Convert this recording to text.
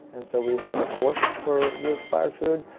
and so we have a source for the expired food,